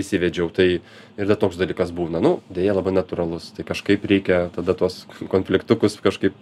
įsivedžiau tai ir dar toks dalykas būna nu deja labai natūralus tai kažkaip reikia tada tuos konfliktukus kažkaip